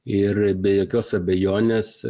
ir be jokios abejonės